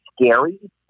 scary